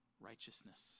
righteousness